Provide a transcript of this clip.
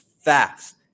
fast